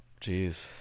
Jeez